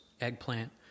eggplant